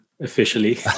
Officially